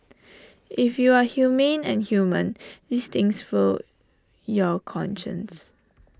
if you are humane and human these things will your conscience